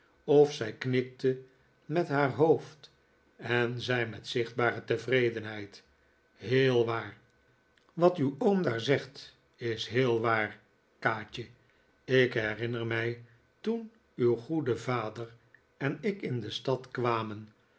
of zij knikte met haar hoofd en zei met zichtbare tevredenheid heel waar wat uw oom daar zegt is heel waar kaatje ik herinner mij toen uw goede vader en ik in de stad kwamen